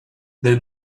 del